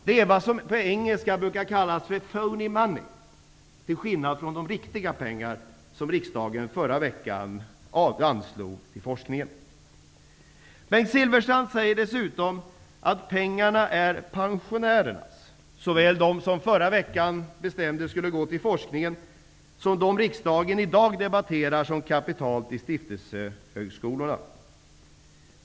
Det är vad som på engelska brukar kallas ''phoney money'', till skillnad från de riktiga pengar som riksdagen förra veckan anslog till forskningen. Bengt Silfverstrand sade dessutom att pengarna är pensionärenas, både de pengar som man förra veckan bestämde skulle gå till forskningen och de som riksdagen i dag debatterar som kapital till stiftelsehögskolorna.